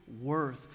worth